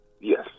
Yes